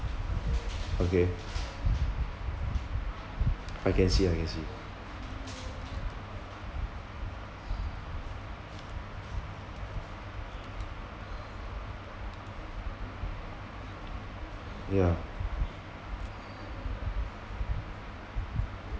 okay I can see I can see yeah